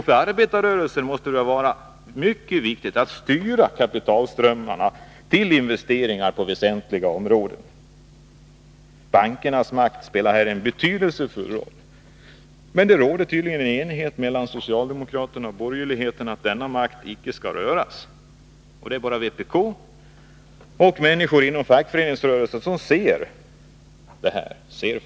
För arbetarrörelsen måste det vara mycket viktigt att styra kapitalströmmarna till investeringar på väsentliga områden. Bankernas makt spelar här en betydelsefull roll. Men det råder tydligen enighet mellan socialdemokraterna och borgerligheten om att denna makt icke skall röras. Det är bara vpk och människor inom fackföreningsrörelsen som ser faran.